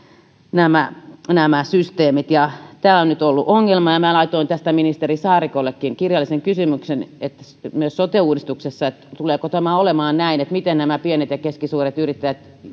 nämä nämä systeemit tämä on nyt ollut ongelma minä laitoin ministeri saarikollekin kirjallisen kysymyksen siitä tuleeko tämä myös sote uudistuksessa olemaan näin ja miten nämä pienet ja keskisuuret yrittäjät